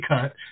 cut